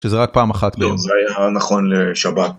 ‫שזה רק פעם אחת ביום. ‫-לא, זה היה נכון לשבת.